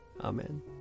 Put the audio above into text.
Amen